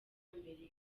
amerika